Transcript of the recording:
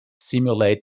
simulate